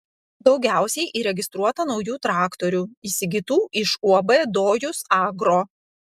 daugiausiai įregistruota naujų traktorių įsigytų iš uab dojus agro